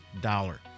dollar